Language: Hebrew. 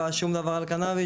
לא היה שום דבר על קנאביס.